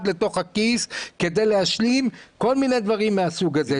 לתוך הכיס כדי להשלים כל מיני דברים מהסוג הזה.